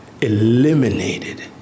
eliminated